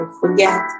forget